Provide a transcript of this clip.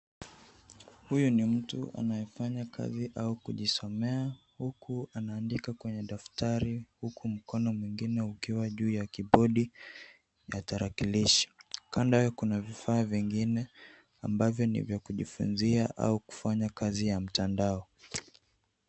Huyu ni mtu anayefanya kazi au kujisomea, huku anaandika kwenye daftari, huku mkono mwengine ukiwa juu ya kibodi ya tarakilishi. Kando yao, kuna vifaa vingine ambavyo ni vya kujifunzia au kufanya kazi ya mtandao.